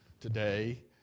today